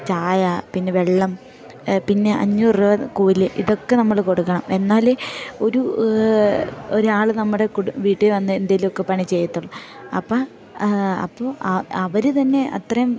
ചായ പിന്നെ വെള്ളം പിന്നെ അഞ്ഞൂറ് രൂപ കൂലി ഇതൊക്കെ നമ്മൾ കൊടുക്കണം എന്നാലേ ഒരു ഒരാൾ നമ്മുടെ കുടു വീട്ടിൽ വന്ന് എന്തെങ്കിലൊക്കെ പണി ചെയ്യത്തുള്ളു അപ്പം അപ്പോൾ അവർ തന്നെ അത്രയും